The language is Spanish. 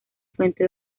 fuente